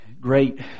great